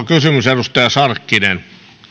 kysymys edustaja sarkkinen arvoisa